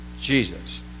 Jesus